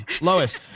Lois